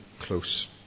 close